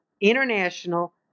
international